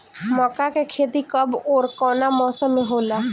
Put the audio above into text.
मका के खेती कब ओर कवना मौसम में होला?